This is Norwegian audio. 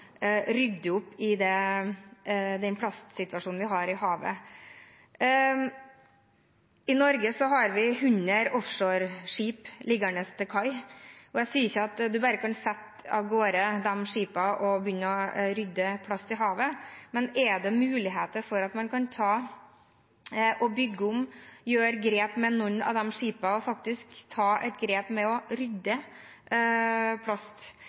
rydde opp i den plastsituasjonen vi har i havet? I Norge har vi 100 offshoreskip som ligger til kai. Jeg sier ikke at de skipene bare kan sette av gårde og begynne å rydde plast i havet, men er det muligheter for at man kan bygge om noen av de skipene og faktisk ta et grep med hensyn til å rydde plast